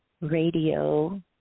Radio